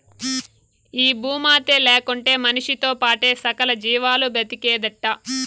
ఈ భూమాతే లేకుంటే మనిసితో పాటే సకల జీవాలు బ్రతికేదెట్టా